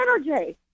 energy